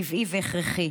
טבעי והכרחי,